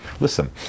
Listen